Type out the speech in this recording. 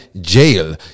jail